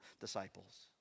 disciples